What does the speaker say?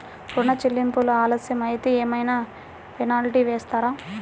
ఋణ చెల్లింపులు ఆలస్యం అయితే ఏమైన పెనాల్టీ వేస్తారా?